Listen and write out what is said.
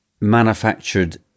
manufactured